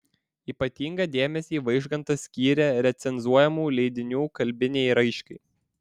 ypatingą dėmesį vaižgantas skyrė recenzuojamų leidinių kalbinei raiškai